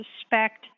suspect